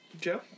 Joe